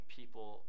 people